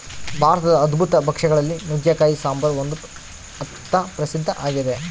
ಭಾರತದ ಅದ್ಭುತ ಭಕ್ಷ್ಯ ಗಳಲ್ಲಿ ನುಗ್ಗೆಕಾಯಿ ಸಾಂಬಾರು ಒಂದು ಅಂತ ಪ್ರಸಿದ್ಧ ಆಗಿದೆ